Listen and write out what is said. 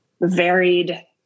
varied